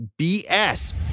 BS